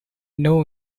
know